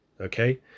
okay